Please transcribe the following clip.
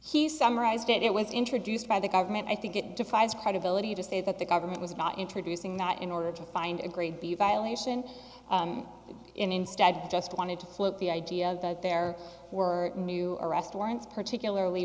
he summarized it it was introduced by the government i think it defies credibility to say that the government was not introducing not in order to find a great view violation instead just wanted to float the idea that there were arrest warrants particularly